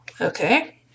Okay